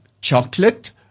chocolate